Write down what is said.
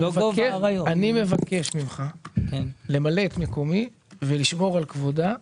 אני מבקש ממך למלא את מקומי ולשמור על כבודה,